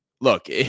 look